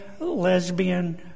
lesbian